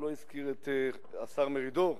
הוא לא הזכיר את השר מרידור.